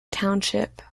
township